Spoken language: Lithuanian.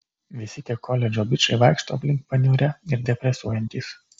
visi tie koledžo bičai vaikšto aplink paniurę ir depresuojantys